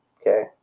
Okay